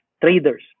traders